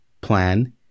plan